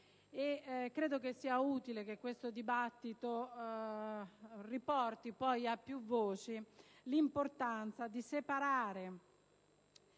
credo sia utile che questo dibattito riporti a più voci l'importanza di separare